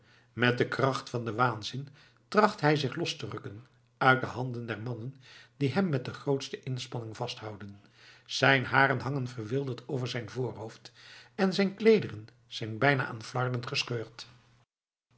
met de kracht van den waanzin tracht hij zich los te rukken uit de handen der mannen die hem met de grootste inspanning vasthouden zijn haren hangen verwilderd over zijn voorhoofd en zijn kleederen zijn bijna aan flarden gescheurd